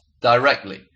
directly